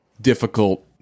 difficult